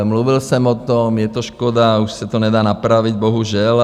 Mluvil jsem o tom, je to škoda, už se to nedá napravit, bohužel.